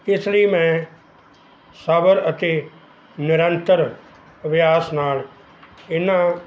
ਇਸ ਲਈ ਮੈਂ ਸਬਰ ਅਤੇ ਨਿਰੰਤਰ ਅਭਿਆਸ ਨਾਲ਼ ਇਹਨਾਂ